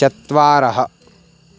चत्वारः